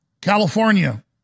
California